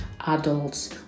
adults